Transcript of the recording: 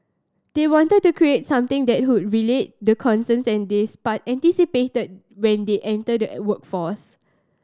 they wanted to create something that would relate the concerns they anticipated when they entered the workforce